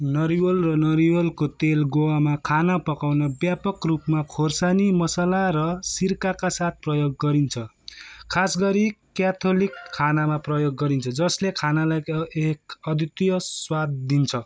नरिवल र नरिवलको तेल गोवामा खाना पकाउन व्यापक रूपमा खोर्सानी मसला र सिर्काका साथ प्रयोग गरिन्छ खास गरी क्याथोलिक खानामा प्रयोग गरिन्छ जसले खानालाई क एक अद्वितीय स्वाद दिन्छ